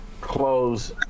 close